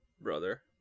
brother